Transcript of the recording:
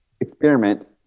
experiment